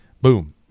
Boom